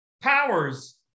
powers